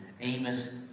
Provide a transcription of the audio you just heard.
Amos